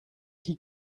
qui